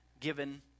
given